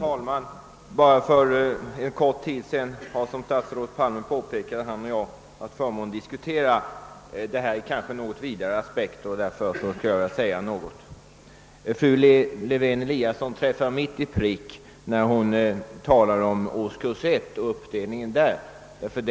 Herr talman! För en kort tid sedan har som statsrådet Palme påpekade han och jag haft förmånen att diskutera den här frågan med kanske något vidare aspekter, och därför skulle jag i detta sammanhang vilja säga några ord. Fru Lewén-Eliasson träffade mitt i prick när hon talade om uppdelningen i årskurs 1.